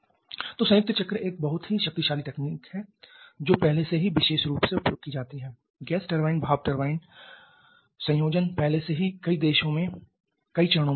तो संयुक्त चक्र एक बहुत ही शक्तिशाली तकनीक है जो पहले से ही विशेष रूप से उपयोग की जाती है गैस टरबाइन भाप टरबाइन संयोजन पहले से ही कई देशों में कई चरणों में उपयोग में है